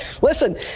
Listen